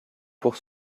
pour